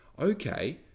okay